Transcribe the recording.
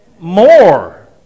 more